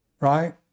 right